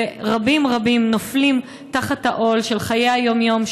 ורבים רבים נופלים תחת העול של חיי היום-יום,